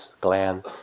gland